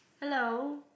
Hello